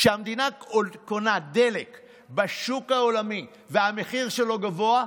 כשהמדינה קונה דלק בשוק העולמי והמחיר שלו גבוה,